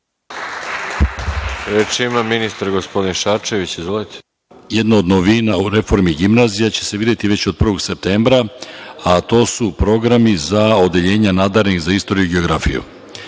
Reč ima ministar, gospodin Šarčević. Izvolite. **Mladen Šarčević** Jedna od novina u reformi gimnazija će se videti već od 1. septembra, a to su programi za odeljenja nadarenih za istoriju i geografiju.